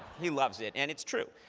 he loves it, and it's true.